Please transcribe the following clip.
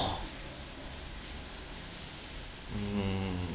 mm